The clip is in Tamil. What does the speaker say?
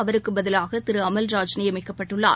அவருக்குப் பதிவாக திரு அமல்ராஜ் நியமிக்கப்பட்டுள்ளார்